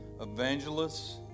evangelists